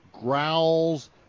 growls